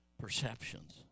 Perceptions